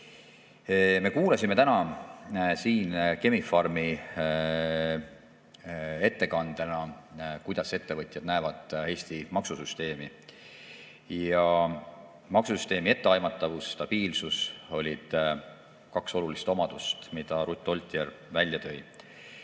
kuulasime täna siin Chemi-Pharmi ettekandena, millisena ettevõtjad näevad Eesti maksusüsteemi. Ja maksusüsteemi etteaimatavus, stabiilsus olid kaks olulist omadust, mille Ruth Oltjer välja tõi.